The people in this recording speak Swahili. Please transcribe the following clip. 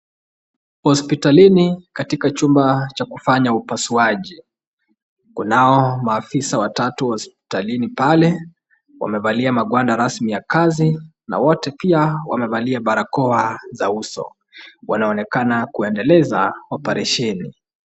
Hospitalini katika chumba cha kufanya upasuaji. Kunao maafisa watatu wa hospitalini pale, wamevalia magwanda rasmi ya kazi na wote pia wamevalia barakoa za uso. Wanaonekana kuendeleza oparesheni.